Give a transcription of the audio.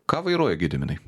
ką vairuoji gediminai